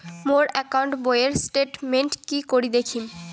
মোর account বইয়ের statement কি করি দেখিম?